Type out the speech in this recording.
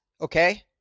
okay